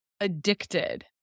addicted